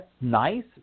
nice